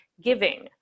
giving